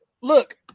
look